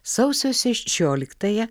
sausio sešioliktąją